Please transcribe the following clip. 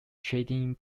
trading